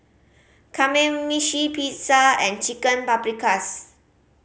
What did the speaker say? Kamameshi Pizza and Chicken Paprikas